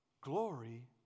Glory